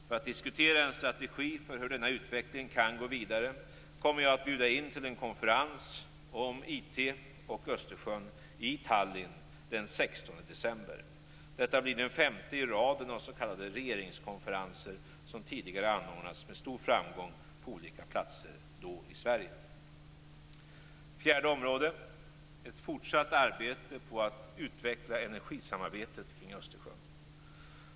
För att diskutera en strategi för hur denna utveckling kan gå vidare kommer jag att bjuda in till en konferens om IT och Östersjön i Tallinn den 16 december. Detta blir den femte i raden av s.k. regeringskonferenser som tidigare har anordnats med stor framgång på olika platser, då i Sverige. Det fjärde området handlar om ett fortsatt arbete på att utveckla energisamarbetet kring Östersjön.